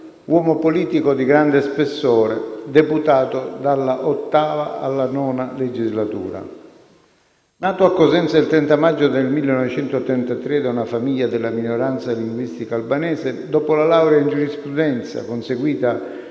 uomo politico di grande spessore, deputato dalla VIII alla XI legislatura. Nato a Cosenza il 30 maggio 1933 da una famiglia della minoranza linguistica albanese, dopo la laurea in giurisprudenza, conseguita